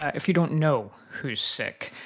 if you don't know who's sick.